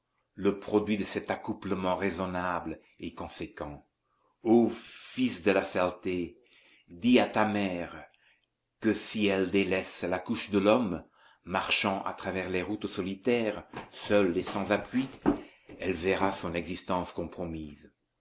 le produit de cet accouplement raisonnable et conséquent o fils de la saleté dis à ta mère que si elle délaisse la couche de l'homme marchant à travers des routes solitaires seule et sans appui elle verra son existence compromise